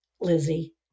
Lizzie